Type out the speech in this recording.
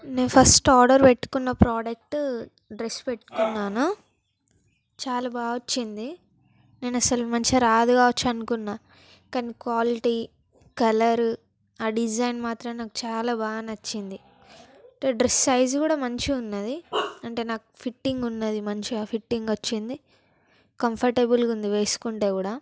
నేను first order పెట్టుకున్న product dress పెట్టుకున్నాను చాలా బాగా వచ్చింది నేను అస్సలు మంచిగా రాదు కావచ్చు అనుకున్న కాని క్వాలిటీ కలరు ఆ డిజైన్ మాత్రం నాకు చాలా బాగా నచ్చింది డ్రస్ సైజు కూడా మంచిగా ఉన్నది అంటే నాకు ఫిట్టింగ్ ఉన్నది మంచిగా ఫిట్టింగ్ వచ్చింది కంఫర్టబుల్గా ఉంది వేసుకుంటే కూడా